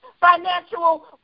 financial